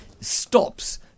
stops